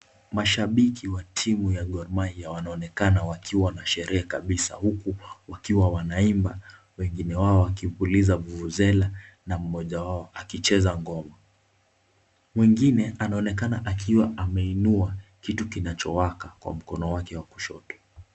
Mashabiki wa timu ya Gor mahia wanaonekana wakiwa kwa sherehe kabisa na huku wakiwa wanaimba, wengine wao wakipiliza vuvu zela na mmoja wao akicheza ngoma. Mwingine anaonekana akiwa ameinua kitu kinachowaka kwa mkono wake wa kushoto.